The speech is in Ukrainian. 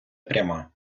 пряма